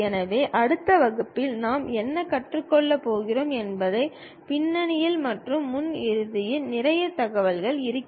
எனவே அடுத்த வகுப்புகளில் நாம் என்ன கற்றுக் கொள்ளப் போகிறோம் என்பதைப் பின்னணியில் மற்றும் முன் இறுதியில் நிறைய தகவல்கள் இருக்கும்